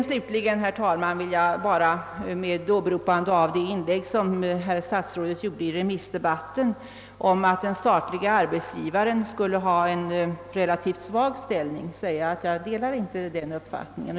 Slutligen vill jag med åberopande av statsrådets inlägg i remissdebatten om att den statliga arbetsgivaren har en relativt svag ställning säga att jag inte delar den uppfattningen.